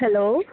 hello